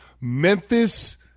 Memphis